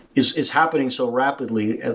is is happening so rapidly. and